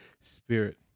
Spirit